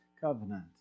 covenant